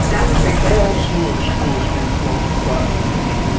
there's a whole slew of schools being closed across the peninsula.